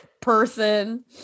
person